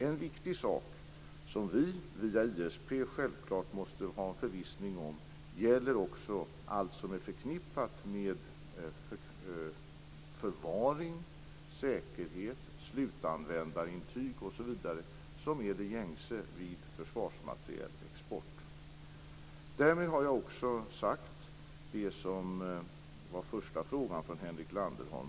En viktig sak som vi via ISP självklart måste ha förvissning om är allt som är förknippat med förvaring, säkerhet, slutanvändarintyg osv., dvs. det som är det gängse vid försvarsmaterielexport. Därmed har jag besvarat den första frågan från Henrik Landerholm.